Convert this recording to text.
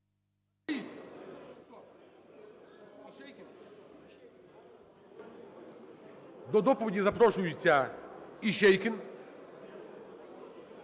до доповіді запрошується Іщейкін.